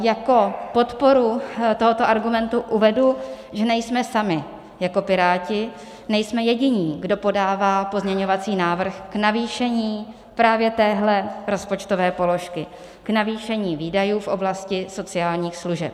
Jako podporu tohoto argumentu uvedu, že nejsme sami jako Piráti, nejsme jediní, kdo podává pozměňovací návrh k navýšení právě téhle rozpočtové položky, k navýšení výdajů v oblasti sociálních služeb.